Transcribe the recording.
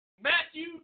Matthew